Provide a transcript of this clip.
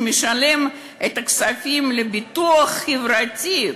שמשלם את הכספים לביטוח חברתי,